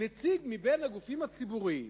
"נציג מבין הגופים הציבוריים